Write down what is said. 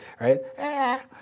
right